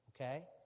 Okay